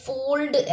Fold